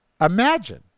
Imagine